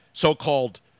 so-called